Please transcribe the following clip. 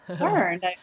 learned